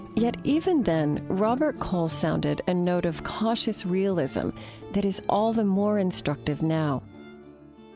yet even then robert coles sounded a note of cautious realism that is all the more instructive now